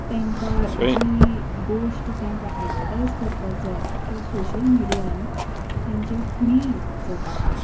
तेंकां जी गोश्ट तेंकां एडवटायज करपाक जाय ते सोशल मिडियान तेंचें फ्री जाता काम